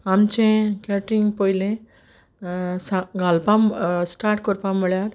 आमचें कॅटरींग पयलें घालपा स्टार्ट कोरपा म्हुळ्यार